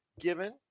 given